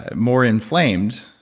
ah more inflamed,